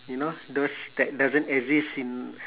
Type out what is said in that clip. you know those that doesn't exist in